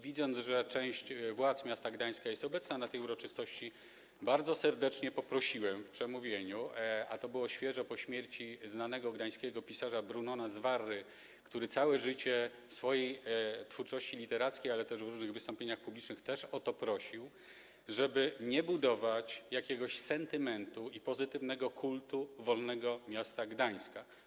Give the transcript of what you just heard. Widząc, że część władz miasta Gdańska jest obecna na tej uroczystości, bardzo serdecznie poprosiłem w przemówieniu - a to było świeżo po śmierci znanego gdańskiego pisarza Brunona Zwarry, który całe życie w swojej twórczości literackiej, ale też w różnych wystąpieniach publicznych też o to prosił - żeby nie budować jakiegoś sentymentu i pozytywnego kultu Wolnego Miasta Gdańska.